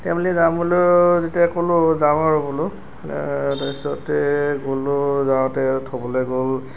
তেও বুলি যাওঁ বুলো যেতিয়া ক'লো যাওঁ আৰু বুলো তাৰ পিছতে গ'লো যাওঁতে আৰু থ'বলৈ গ'ল